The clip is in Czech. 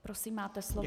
Prosím, máte slovo.